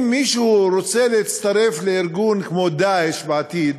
אם מישהו רוצה להצטרף לארגון כמו "דאעש", בעתיד,